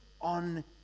on